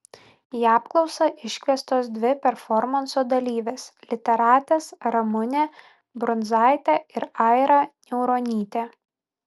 į apklausą iškviestos dvi performanso dalyvės literatės ramunė brunzaitė ir aira niauronytė